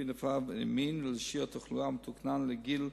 לפי נפה ומין, ולשיעור התחלואה המתוקנן לגיל,